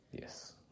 Yes